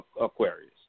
Aquarius